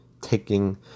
Taking